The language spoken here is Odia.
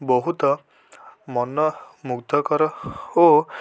ବହୁତ ମନମୁଗ୍ଧକର ଓ